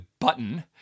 button